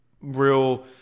real